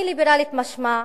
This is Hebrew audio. אני ליברלית, משמע,